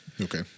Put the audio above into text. Okay